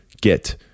get